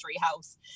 house